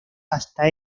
hasta